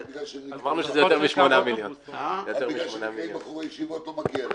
רק בגלל שהם נקראים בחורי ישיבות לא מגיע להם.